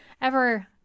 ever-